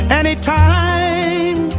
anytime